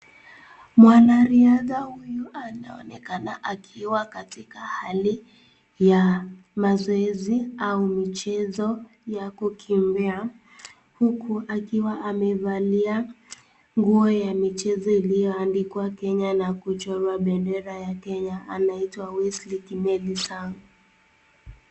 Mwanariadha huyu anaonekana akiwa katika hali ya mazoezi au michezo ya kukimbia uku akiwa amevalia nguo ya michezo ilioandikwa Kenya na kuchorwa bendera ya Kenya. Anaitwa Wesley Kimeli Sang.